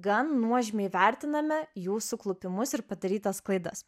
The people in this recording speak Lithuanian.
gan nuožmiai vertiname jų suklupimus ir padarytas klaidas